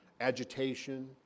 agitation